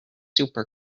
super